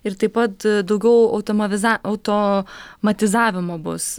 ir taip pat daugiau automaviz automatizavimo bus